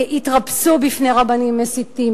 התרפסו בפני רבנים מסיתים.